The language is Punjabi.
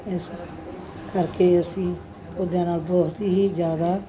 ਇਸ ਕਰਕੇ ਅਸੀਂ ਪੌਦਿਆਂ ਨਾਲ ਬਹੁਤ ਹੀ ਜ਼ਿਆਦਾ